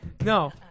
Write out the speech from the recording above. No